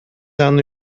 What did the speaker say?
аны